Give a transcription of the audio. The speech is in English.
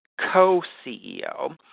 co-CEO